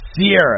Sierra